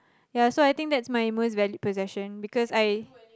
ya so I think that is my most values possession